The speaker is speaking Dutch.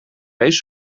eens